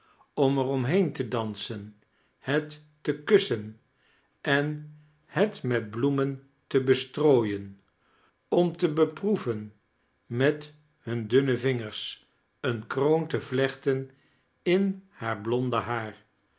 om er om heen te dansen het te kussen en het met bloemen te bestrooien om te beproeven met hun'ne dunne vingeren eene kroon te vleehtem in heur blonde haar